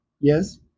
Yes